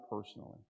personally